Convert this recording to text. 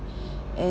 and